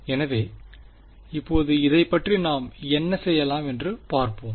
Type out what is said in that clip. எனவே இப்போது இதைப் பற்றி நாம் என்ன செய்யலாம் என்று பார்ப்போம்